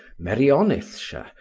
merionethshire,